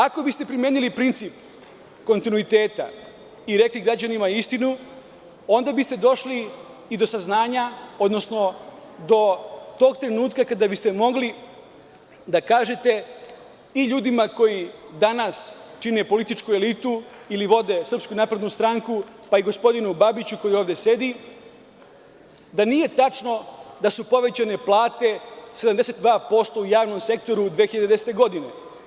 Ako biste primenili princip kontinuiteta i rekli građanima istinu, onda biste došli i do saznanja, odnosno do tog trenutka kada biste mogli da kažete i ljudima, koji danas čine političku elitu ili vode SNS, pa i gospodinu Babiću koji ovde sedi, da nije tačno da su povećane plate 72% u javnom sektoru 2010. godine.